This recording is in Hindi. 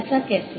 ऐसा कैसे